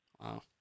Wow